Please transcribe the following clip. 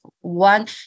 One